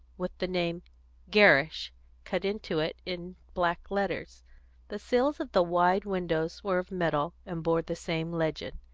with the name gerrish cut into it in black letters the sills of the wide windows were of metal, and bore the same legend.